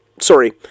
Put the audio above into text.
sorry